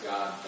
God